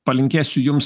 palinkėsiu jums